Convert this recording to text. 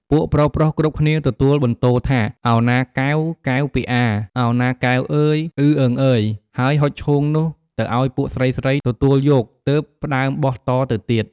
ពួកប្រុសៗគ្រប់គ្នាទទួលបន្ទរថា «ឱណាកែវ កែវពីអា ឱណាកែវអឺយ អឺអឺងអឺយ! » ហើយហុចឈូងនោះទៅអោយពួកស្រីៗទទួលយកទើប ផ្ដើមបោះតទៅទៀត។